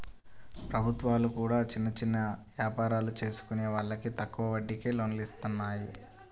ప్రభుత్వాలు కూడా చిన్న చిన్న యాపారాలు చేసుకునే వాళ్లకి తక్కువ వడ్డీకే లోన్లను ఇత్తన్నాయి